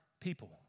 people